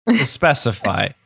Specify